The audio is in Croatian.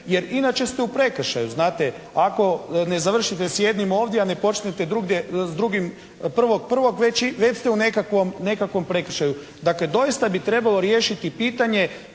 jer inače ste u prekršaju. Znate, ako ne završite s jednim ovdje a ne počnete drugdje s drugim, prvo već ste u nekakvom prekršaju. Dakle, doista bi trebalo riješiti pitanje